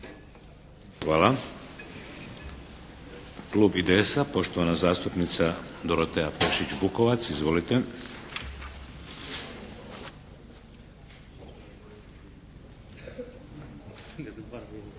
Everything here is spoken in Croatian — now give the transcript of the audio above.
Hvala. Klub IDS-a poštovana zastupnica Dorotea Pešić-Bukovac. Izvolite.